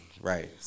right